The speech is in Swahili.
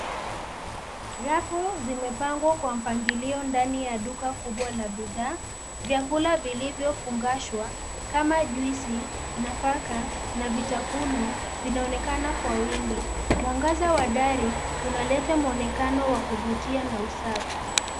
Nyafu zimepangwa kwa mpangilio ndani ya duka kubwa la bidhaa, vyakula vilivyo fungashwa kama juisi, nafaka na vitafunwa vinaonekana kwa wingi. Mwangaza wa dari unaleta muonekano wa kuvutia na usafi.